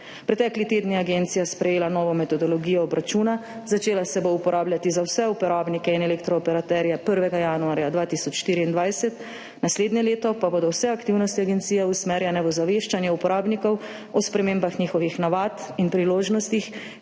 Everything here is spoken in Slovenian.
Pretekli teden je agencija sprejela novo metodologijo obračuna, začela se bo uporabljati za vse uporabnike in elektrooperaterje 1. januarja 2024, naslednje leto pa bodo vse aktivnosti agencije usmerjene v ozaveščanje uporabnikov o spremembah njihovih navad in priložnostih,